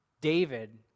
David